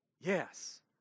Yes